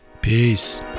peace